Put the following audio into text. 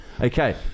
Okay